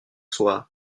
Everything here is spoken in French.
soi